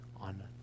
on